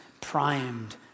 primed